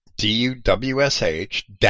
D-U-W-S-H